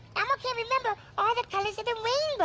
elmo can't remember all the colors of the rainbow.